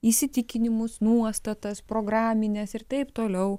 įsitikinimus nuostatas programines ir taip toliau